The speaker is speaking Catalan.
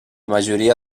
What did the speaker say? majoria